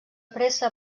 pressa